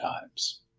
times